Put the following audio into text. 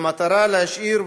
במטרה להשאיר,